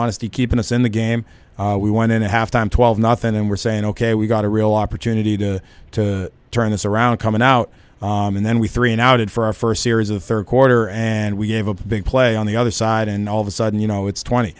honesty keeping us in the game we won in the half time twelve nothing and we're saying ok we've got a real opportunity to to turn this around coming out and then we three now did for our first series of third quarter and we gave a big play on the other side and all of a sudden you know it's twenty